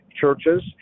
churches